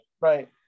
Right